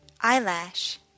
eyelash